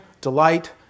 delight